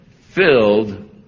filled